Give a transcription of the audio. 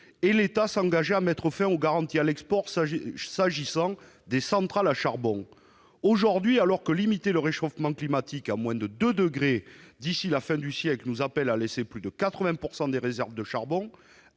L'État s'engageait à mettre fin aux garanties à l'export s'agissant des centrales à charbon. Aujourd'hui, alors que limiter le réchauffement climatique à moins de 2 degrés d'ici à la fin du siècle nous appelle à laisser dans le sol plus de 80 % des réserves de charbon,